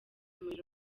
umuriro